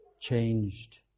changed